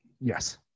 Yes